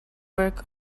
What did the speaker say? work